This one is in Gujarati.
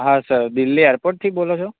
હા સર દિલ્લી એરપોર્ટથી બોલો છો